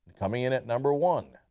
coming in at number one,